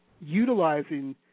utilizing